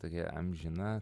tokia amžina